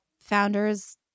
founders